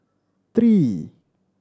three